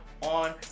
on